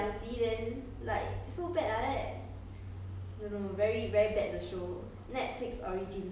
不知道 leh 后面 hor 那个人拍的